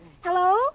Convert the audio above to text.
hello